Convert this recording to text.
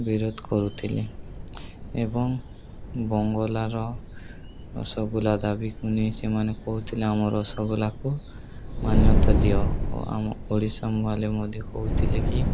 ବିରୋଧ କରୁଥିଲେ ଏବଂ ବଙ୍ଗଲାର ରସଗୁଲା ଦାବୀକୁ ନେଇ ସେମାନେ କହୁଥିଲେ ଆମର ରସଗୁଲାକୁ ମାନ୍ୟତା ଦିଅ ଓ ଆମ ଓଡ଼ିଶା ବାଲେ ମଧ୍ୟ କହୁଥିଲେ କି